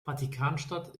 vatikanstadt